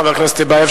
חבר הכנסת טיבייב,